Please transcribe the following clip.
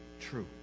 true